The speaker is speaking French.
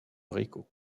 rico